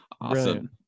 Awesome